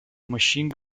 machine